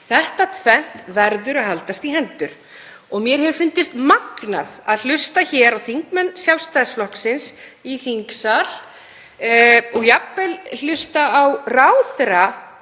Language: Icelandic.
Þetta tvennt verður að haldast í hendur. Mér hefur fundist magnað að hlusta hér á þingmenn Sjálfstæðisflokksins í þingsal og jafnvel hlusta á ráðherra